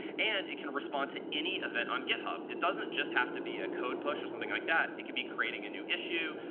and it can respond to any event on github. it doesn't just have to be a code push or something like that. it could be creating a new issue,